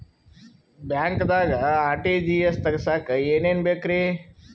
ಬ್ಯಾಂಕ್ದಾಗ ಆರ್.ಟಿ.ಜಿ.ಎಸ್ ತಗ್ಸಾಕ್ ಏನೇನ್ ಬೇಕ್ರಿ?